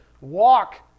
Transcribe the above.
Walk